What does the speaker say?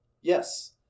Yes